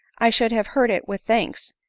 i should have heard it with thanks,